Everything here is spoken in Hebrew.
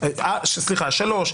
דבר שלישי,